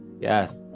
Yes